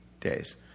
days